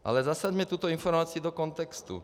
Ale zasaďme tuto informaci do kontextu.